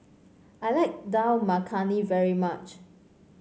I like Dal Makhani very much